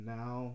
now